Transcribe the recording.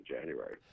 January